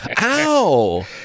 Ow